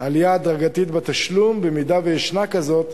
עלייה הדרגתית בתשלום, אם ישנה כזאת,